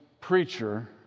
preacher